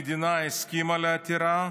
המדינה הסכימה לעתירה,